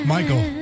Michael